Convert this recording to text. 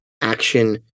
action